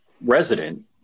resident